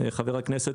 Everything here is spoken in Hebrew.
חבר הכנסת,